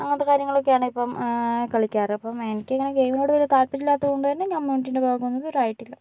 അങ്ങനത്തെ കാര്യങ്ങളൊക്കെയാണ് ഇപ്പൊൾ കളിക്കാറ് അപ്പം എനിക്കങ്ങനെ ഗെയിംനോട് വല്യ താല്പര്യമില്ലാത്തതുകൊണ്ടുതന്നെ ഞാൻ കമ്മ്യൂണിറ്റിയുടെ ഭാഗോന്നും ഇതുവരെ ആയിട്ടില്ല